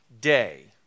day